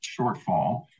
shortfall